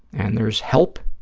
and there's help,